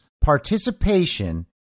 participation